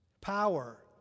power